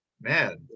Man